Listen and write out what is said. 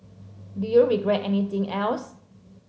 do you regret anything else